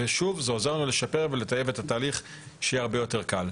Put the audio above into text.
וזה עוזר לנו לשפר ולטייב את התהליך שיהיה הרבה יותר קל.